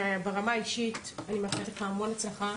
וברמה האישית, אני מאחלת לך המון הצלחה,